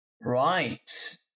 Right